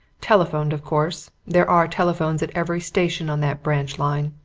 telephoned, of course there are telephones at every station on that branch line.